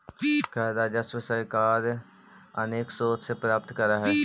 कर राजस्व सरकार अनेक स्रोत से प्राप्त करऽ हई